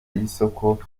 y’isoko